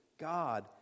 God